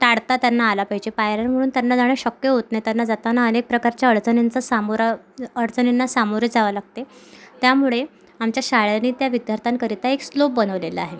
टाळता त्यांना आला पाहिजे पायऱ्यांवरून त्यांना जाणं शक्य होत नाही त्यांना जाताना अनेक प्रकारच्या अडचणींचा सामोरा अडचणींना सामोरे जावं लागते त्यामुळे आमच्या शाळेने त्या विद्यार्थ्यांकरिता एक स्लोप बनवलेला आहे